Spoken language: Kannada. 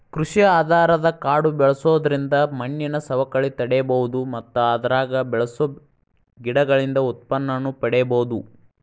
ಕೃಷಿ ಆಧಾರದ ಕಾಡು ಬೆಳ್ಸೋದ್ರಿಂದ ಮಣ್ಣಿನ ಸವಕಳಿ ತಡೇಬೋದು ಮತ್ತ ಅದ್ರಾಗ ಬೆಳಸೋ ಗಿಡಗಳಿಂದ ಉತ್ಪನ್ನನೂ ಪಡೇಬೋದು